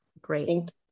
Great